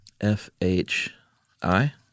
F-H-I